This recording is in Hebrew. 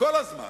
כל הזמן.